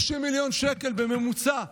30 מיליון שקל בממוצע.